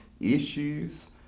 issues